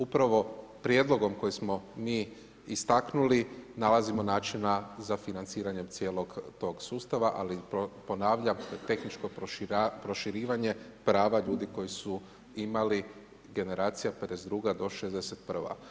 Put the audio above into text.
Upravo prijedlogom koji smo mi istaknuli nalazimo načina za financiranje cijelog tog sustava ali ponavljam tehničko proširivanje prava ljudi koji su imali generacija '52. do '61.